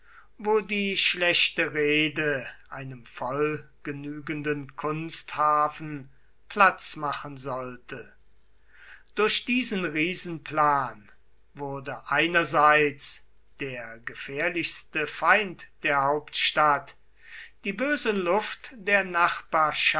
wo die schlechte reede einem vollgenügenden kunsthafen platz machen sollte durch diesen riesenplan wurde einerseits der gefährlichste feind der hauptstadt die böse luft der